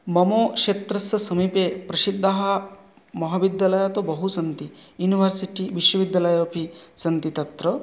मम क्षेत्रस्य समीपे प्रसिद्धाः महाविद्यालयः तु बहु सन्ति युनिवेर्सिटी विश्वविद्यालयः अपि सन्ति तत्र